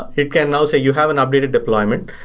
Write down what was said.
it can now say, you have an updated deployment.